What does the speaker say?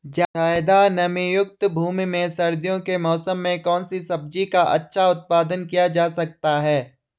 ज़्यादा नमीयुक्त भूमि में सर्दियों के मौसम में कौन सी सब्जी का अच्छा उत्पादन किया जा सकता है?